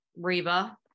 Reba